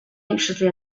anxiously